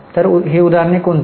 तर उदाहरणे कोणती